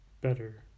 better